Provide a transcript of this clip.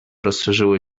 rozszerzyły